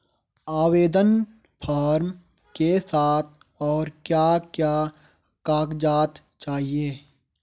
आवेदन फार्म के साथ और क्या क्या कागज़ात चाहिए?